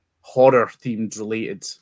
horror-themed-related